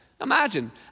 Imagine